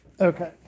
Okay